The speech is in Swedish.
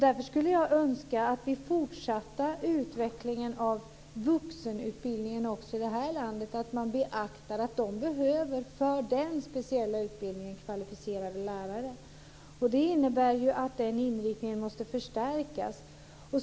Därför skulle jag önska att man i den fortsatta utvecklingen av vuxenutbildningen också i det här landet beaktar att det för denna speciella utbildning behövs kvalificerade lärare. Det innebär ju att den inriktningen måste förstärkas.